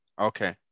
okay